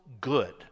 good